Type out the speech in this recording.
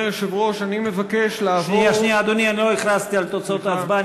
קבוצת סיעת יהדות התורה.